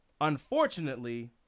Unfortunately